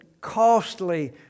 costly